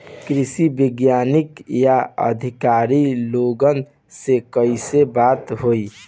कृषि वैज्ञानिक या अधिकारी लोगन से कैसे बात होई?